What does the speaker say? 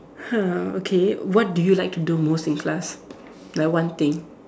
uh okay what do you like to do most in class like one thing